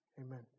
amen